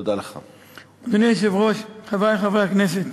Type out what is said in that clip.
1 2. אדוני היושב-ראש, חברי חברי הכנסת,